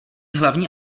hlavní